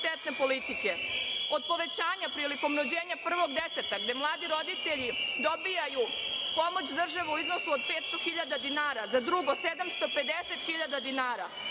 od povećanja prilikom rođenja prvog deteta, gde mladi roditelji dobijaju pomoć države u iznosu od 500.000 dinara, za drugo 750.000 dinara,